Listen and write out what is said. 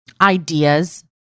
ideas